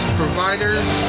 providers